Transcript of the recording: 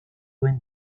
omen